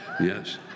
yes